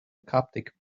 coptic